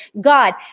God